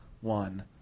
One